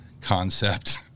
concept